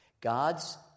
God's